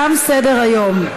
תם סדר-היום.